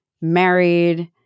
married